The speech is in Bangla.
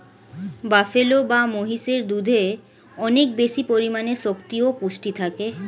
বাফেলো বা মহিষের দুধে অনেক বেশি পরিমাণে শক্তি ও পুষ্টি থাকে